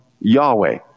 Yahweh